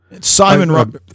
Simon